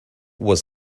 was